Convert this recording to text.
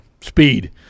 speed